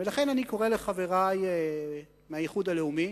ולכן אני קורא לחברי מהאיחוד הלאומי